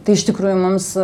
tai iš tikrųjų mums